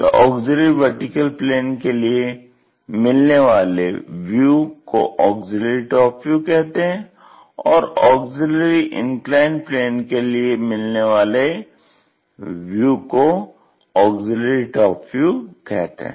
तो auxiliary vertical plane के लिए मिलने वाले व्यू को ऑग्ज़िल्यरी टॉप व्यू कहते हैं और ऑग्ज़िल्यरी इन्क्लाइन्ड प्लेन के लिए मिलने वाले व्यू को ऑग्ज़िल्यरी टॉप व्यू कहते हैं